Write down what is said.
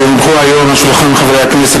כי הונחו היום על שולחן הכנסת,